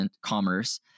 commerce